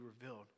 revealed